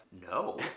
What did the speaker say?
No